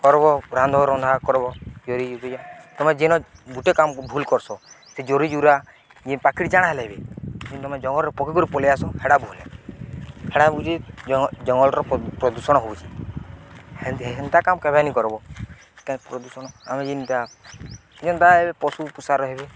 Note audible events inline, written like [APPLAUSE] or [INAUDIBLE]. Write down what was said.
କର୍ବ ରାନ୍ଧ ରନ୍ଧା କର୍ବ ଜରି ଯା ତମେ ଯେନ୍ ଗୁଟେ କାମ ଭୁଲ୍ କର୍ସ ସେ ଜରି ଜୁରା ଯେନ୍ ପାଖିରି ଜାଣା ହେଲେବି ଯେ ତମେ ଜଙ୍ଗଲରେ ପକେଇ କରି ପଲେଇଆସ ହେଡ଼ା ଭୁଲ୍ ହେଡ଼ା ବୁଜି ଜଙ୍ଗଲର ପ୍ରଦୂଷଣ ହଉଚି ହେନ୍ତା କାମ କେବେନି କର୍ବ [UNINTELLIGIBLE] ପ୍ରଦୂଷଣ ଆମେ ଯିନ୍ତା ଯେନ୍ତା ଏବେ ପଶୁ ପୋଷାର ହେବେ